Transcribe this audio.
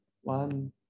one